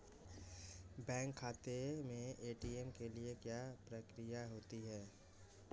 Bank खाते में ATM के लिए क्या प्रक्रिया होती है?